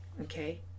okay